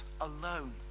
alone